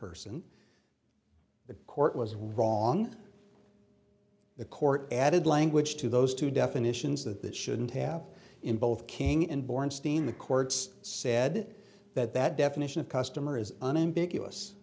person the court was wrong the court added language to those two definitions that that shouldn't have in both king and bornstein the courts said that that definition of customer is an ambiguous